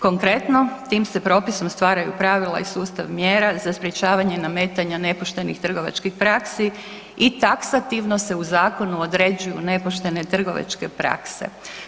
Konkretno, tim se propisom stvaraju pravila i sustav mjera za sprječavanje i nametanja nepoštenih trgovačkih praksi i taksativno se u zakonu određuju nepoštene trgovačke prakse.